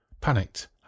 Panicked